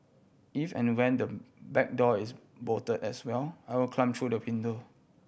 if and when the back door is bolt as well I will climb through the window